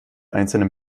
einzelnen